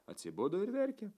atsibudo ir verkia